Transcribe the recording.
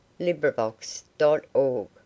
LibriVox.org